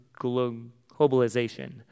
globalization